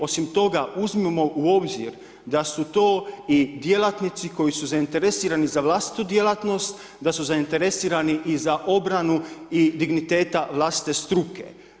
Osim toga uzmimo u obzir da su to i djelatnici koji su zainteresirani za vlastitu djelatnost, da su zainteresirani i za obranu i digniteta vlastite struke.